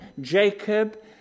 Jacob